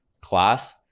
class